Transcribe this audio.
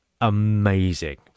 amazing